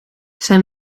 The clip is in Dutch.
zijn